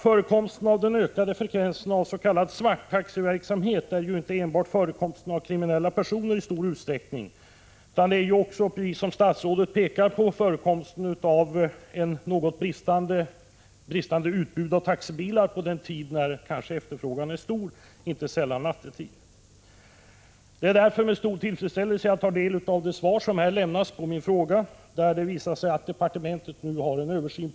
Anledningen till den ökade frekvensen av ”svarttaxi”- verksamhet är inte bara att det finns många kriminella personer. Som statsrådet pekade på är orsaken också det bristande utbudet av taxibilar under den tid då efterfrågan på taxibilar är stor — inte sällan nattetid. Det är därför med stor tillfredsställelse jag tar del av svaret, som visar att departementet håller på med en översyn.